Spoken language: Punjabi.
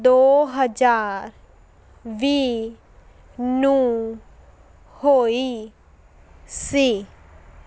ਦੋ ਹਜ਼ਾਰ ਵੀਹ ਨੂੰ ਹੋਈ ਸੀ